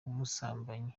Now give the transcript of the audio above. ubusambanyi